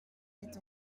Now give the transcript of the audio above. dit